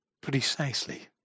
Precisely